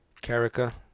carica